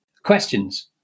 Questions